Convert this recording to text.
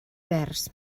verds